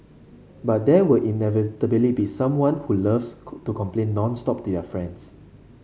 but there will inevitably be someone who loves could to complain nonstop their friends